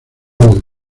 del